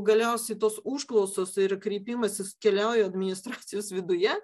galiausiai tos užklausos ir kreipimasis keliauja administracijos viduje